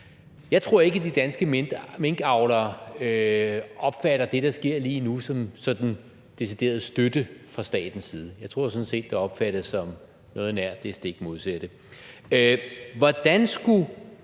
Jeg tror ikke, de danske minkavlere opfatter det, der sker lige nu, som sådan decideret støtte fra statens side. Jeg tror sådan set, det opfattes som noget nær det stik modsatte. Hvordan skulle